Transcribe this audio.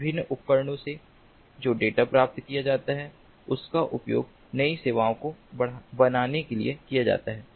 विभिन्न उपकरणों से जो डेटा प्राप्त किया जाता है उसका उपयोग नई सेवाओं को बनाने के लिए किया जाता है